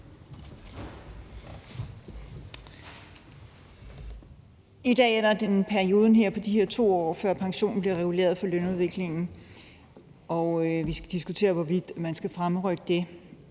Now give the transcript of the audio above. I dag er der perioden på de her 2 år, før pensionen bliver reguleret for lønudviklingen, og vi skal diskutere, hvorvidt man skal fremrykke det.